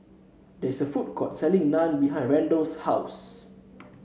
there is a food court selling Naan behind Randall's house